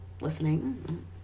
listening